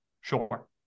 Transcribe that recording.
Sure